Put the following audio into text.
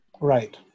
Right